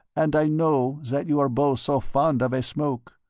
and i know that you are both so fond of a smoke.